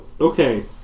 okay